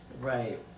Right